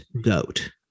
goat